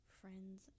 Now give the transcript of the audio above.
friends